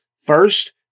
First